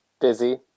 busy